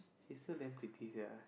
she so damn pretty sia